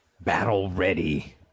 battle-ready